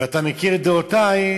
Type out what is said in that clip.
ואתה מכיר את דעותי,